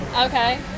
Okay